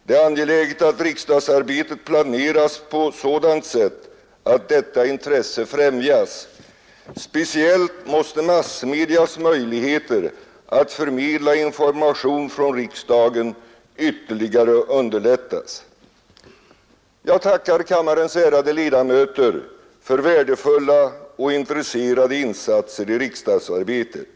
Det är angeläget att riksdagsarbetet planeras på sådant sätt att detta intresse främjas. Speciellt måste massmedias möjligheter att förmedla information från riksdagen ytterligare underlättas. Jag tackar kammarens ärade ledamöter för värdefulla och intresserade insatser i riksdagsarbetet.